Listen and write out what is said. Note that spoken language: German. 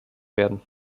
werden